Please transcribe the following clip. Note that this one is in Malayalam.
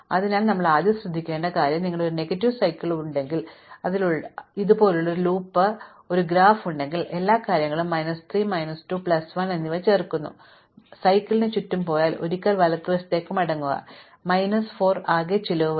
അതിനാൽ ആദ്യം ശ്രദ്ധിക്കേണ്ട കാര്യം നിങ്ങൾക്ക് ഒരു നെഗറ്റീവ് സൈക്കിൾ ഉണ്ടെങ്കിൽ ഇതുപോലുള്ള ഒരു ലൂപ്പ് ഞാൻ പറഞ്ഞ ഒരു ഗ്രാഫ് ഉണ്ടെങ്കിൽ എല്ലാ കാര്യങ്ങളും മൈനസ് 3 മൈനസ് 2 പ്ലസ് 1 എന്നിവ ചേർക്കുന്നു ഞാൻ സൈക്കിളിന് ചുറ്റും പോയാൽ ഒരിക്കൽ വലത്തേയ്ക്ക് മടങ്ങുക അപ്പോൾ എനിക്ക് മൈനസ് 4 ന്റെ ആകെ ചിലവ് വരും